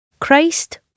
Christ